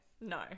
No